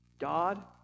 God